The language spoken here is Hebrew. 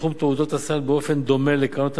תחום תעודות הסל באופן דומה לקרנות הנאמנות,